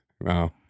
Wow